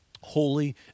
Holy